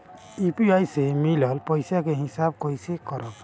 UPI से मिलल पईसा के हिसाब कइसे करब?